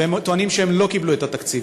והם טוענים שהם לא קיבלו את התקציב.